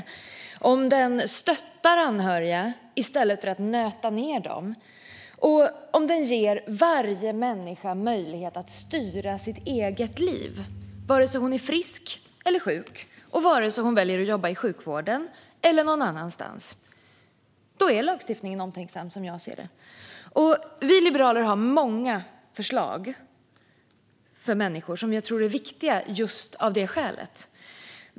Lagstiftning kan vara omtänksam om den stöttar anhöriga i stället för att nöta ned dem och om den ger varje människa möjlighet att styra sitt eget liv, oavsett om hon är frisk eller sjuk och om hon väljer att jobba i sjukvården eller någon annanstans. Då är lagstiftningen omtänksam, som jag ser det. Vi liberaler har många förslag för människor, som jag tror är viktiga just av detta skäl.